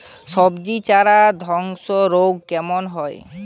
সবজির চারা ধ্বসা রোগ কেন হয়?